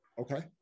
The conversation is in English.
okay